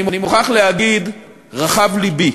אני מוכרח להגיד: רחב לבי.